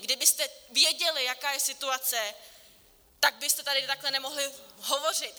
Kdybyste věděli, jaká je situace, tak byste tady takhle nemohli hovořit.